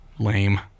Lame